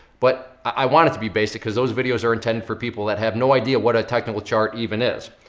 but i want it to be basic cause those videos are intended for people that have no idea what a technical chart even is.